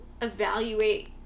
evaluate